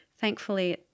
Thankfully